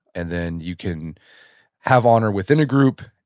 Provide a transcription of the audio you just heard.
and then you can have honor within a group,